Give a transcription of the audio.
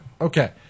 Okay